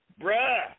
bruh